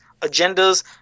agendas